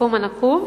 בסכום הנקוב,